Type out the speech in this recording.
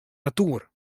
natuer